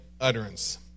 utterance